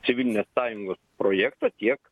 civilinės sąjungos projekto tiek